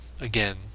again